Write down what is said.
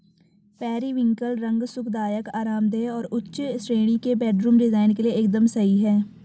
periwinkle रंग सुखदायक, आरामदेह और उच्च श्रेणी के बेडरूम डिजाइन के लिए एकदम सही है